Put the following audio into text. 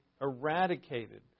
eradicated